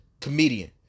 Comedian